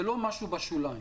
זה לא משהו בשוליים.